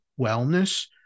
wellness